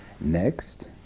Next